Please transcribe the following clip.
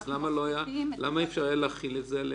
אז למה אי-אפשר היה להחיל את זה עליהם?